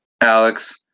alex